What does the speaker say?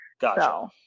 Gotcha